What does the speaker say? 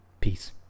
Peace